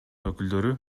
өкүлдөрү